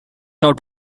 out